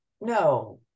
no